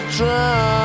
try